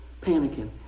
panicking